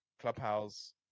clubhouse